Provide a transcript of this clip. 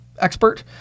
expert